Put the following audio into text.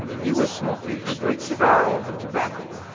he was smoking a great cigarro of tobacco,